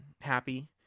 Happy